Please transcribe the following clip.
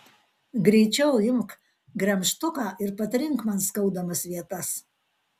greičiau imk gremžtuką ir patrink man skaudamas vietas